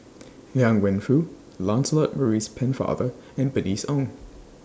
Liang Wenfu Lancelot Maurice Pennefather and Bernice Ong